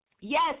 Yes